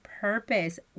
purpose